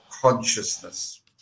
consciousness